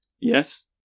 Yes